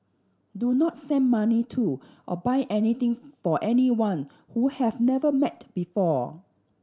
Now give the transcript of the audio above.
do not send money to or buy anything for anyone who have never met before